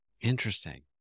interesting